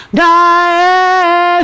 die